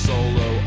Solo